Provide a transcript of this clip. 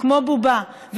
כמו בובה.